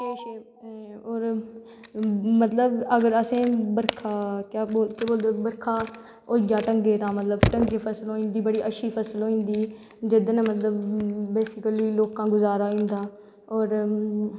होर मतलव अगर असैं बरखा कदैं बरखा होई जां ढंगे दी तां ढंगे दी फसल होई जंदी बड़ी अच्छी फसल होई जंदी जेह्दै कन्नै मतलव बेसिकली लोकें दा गुज़ारा होई जंदा और